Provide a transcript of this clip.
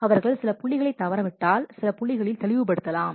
அவர்கள் சில புள்ளிகளைத் தவறவிட்டால் சில புள்ளிகளில் தெளிவுபடுத்தப்படலாம்